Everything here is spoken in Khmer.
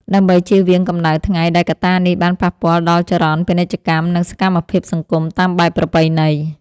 ដើម្បីជៀសវាងកម្ដៅថ្ងៃដែលកត្តានេះបានប៉ះពាល់ដល់ចរន្តពាណិជ្ជកម្ម និងសកម្មភាពសង្គមតាមបែបប្រពៃណី។